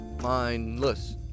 mindless